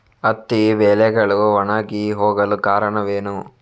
ಹತ್ತಿ ಎಲೆಗಳು ಒಣಗಿ ಹೋಗಲು ಕಾರಣವೇನು?